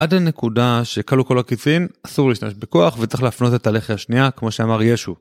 עד לנקודה שכלו כל הקיצין, אסור להשתמש בכוח וצריך להפנות את הלחי השנייה, כמו שאמר ישו.